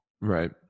Right